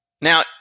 Now